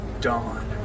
dawn